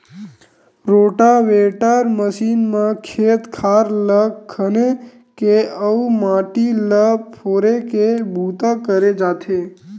rotavator machine म खेत खार ल खने के अउ माटी ल फोरे के बूता करे जाथे